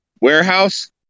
warehouse